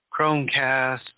Chromecast